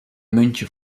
muntje